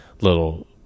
little